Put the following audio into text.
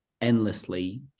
endlessly